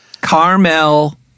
Carmel